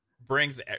brings